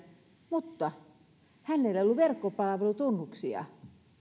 mutta hänellä ei ollut verkkopalvelutunnuksia